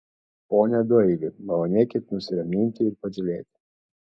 pone doili malonėkit nusiraminti ir patylėti